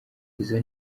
izo